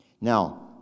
Now